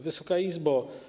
Wysoka Izbo!